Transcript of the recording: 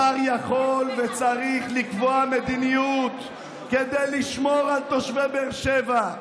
השר יכול וצריך לקבוע מדיניות כדי לשמור על תושבי באר שבע,